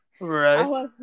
Right